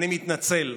אני מתנצל,